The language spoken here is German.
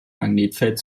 magnetfeld